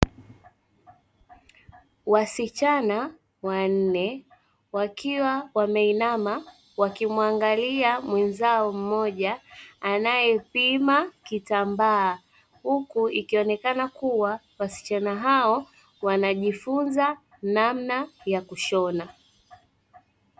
Wasichana wanne wakiwa wameinama wanamuangalia mwenzao mmoja anayepima kitambaa, huku ikonekana kuwa wasicha hao, wanajifunza namna ya kushona.